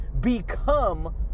become